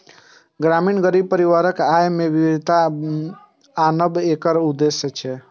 ग्रामीण गरीब परिवारक आय मे विविधता आनब एकर उद्देश्य छियै